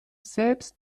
selbst